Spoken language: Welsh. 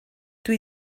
dwi